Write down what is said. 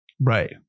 right